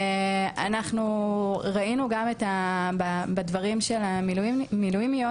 אנחנו ראינו גם בדברים של המילואימיות